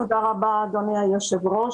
תודה רבה, אדוני היושב-ראש.